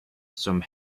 some